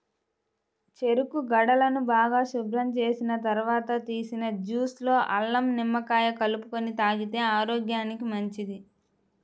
చెరుకు గడలను బాగా శుభ్రం చేసిన తర్వాత తీసిన జ్యూస్ లో అల్లం, నిమ్మకాయ కలుపుకొని తాగితే ఆరోగ్యానికి మంచిది